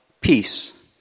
peace